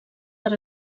per